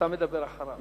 אתה מדבר אחריו.